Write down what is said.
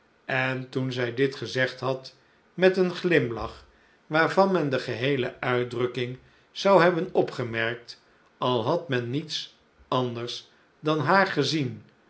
en toen zij dit gezegd had met een glimlach waarvan men de geheele uitdrukking zou hebben opgemerkt al had men niets anders van haar gezien